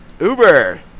Uber